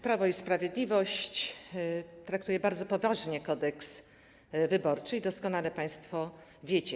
Prawo i Sprawiedliwość traktuje bardzo poważnie Kodeks wyborczy i doskonale państwo to wiecie.